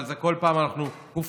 אבל כל פעם הופתענו,